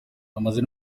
amaze